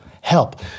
Help